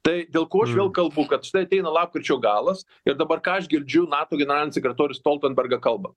tai dėl ko aš vėl kalbu kad štai ateina lapkričio galas ir dabar ką aš girdžiu nato generalinį sekretorių stoltenbergo kalbą